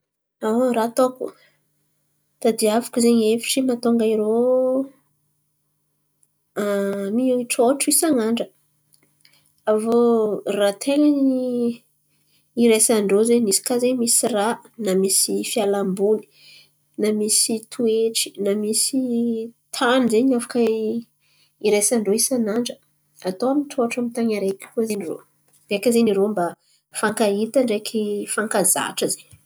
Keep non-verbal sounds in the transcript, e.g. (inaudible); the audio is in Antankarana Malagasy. (hesitation) Raha atôko, tadiaviko izen̈y ny hevitry mahatonga irô, (hesitation) mitrôtro isan̈'andra. Avô raha ten̈a ny hiraisan-drô zen̈y hisaka zen̈y misy raha na misy fialamboly na misy toetry, na misy tany izen̈y afaka i raisan-drô isan'andra. Atao mitrôtro an-tan̈y areky koa zen̈y irô, beka zen̈y irô mba fakahita, ndreky fankazatra izen̈y.